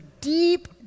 deep